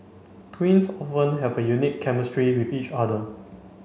twins often have a unique chemistry with each other